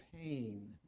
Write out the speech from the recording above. pain